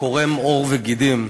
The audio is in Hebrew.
קורם עור וגידים.